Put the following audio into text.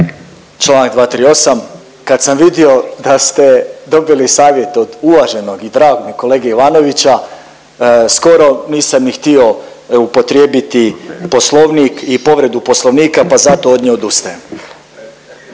Čl. 238., kad sam vidio da ste dobili savjet od uvaženog i dragog mi kolege Ivanovića skoro nisam ni htio upotrijebiti Poslovnik i povredu Poslovnika, pa zato od nje odustajem.